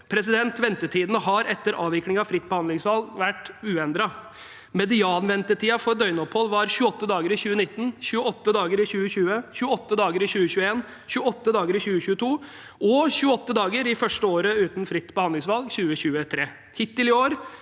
plasser. Ventetidene har etter avviklingen av fritt behandlingsvalg vært uendrede. Medianventetiden for døgnopphold var 28 dager i 2019, 28 dager i 2020, 28 dager i 2021, 28 dager i 2022 – og 28 dager i det første året uten fritt behandlingsvalg, 2023. Hittil i år